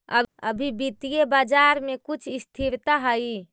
अभी वित्तीय बाजार में कुछ स्थिरता हई